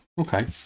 Okay